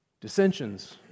Dissensions